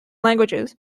languages